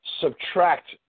subtract